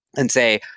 and say,